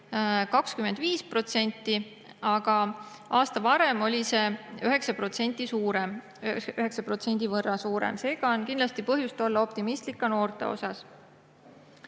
25%, aga aasta varem oli see 9% võrra suurem. Seega on kindlasti põhjust olla optimistlik ka noorte osas.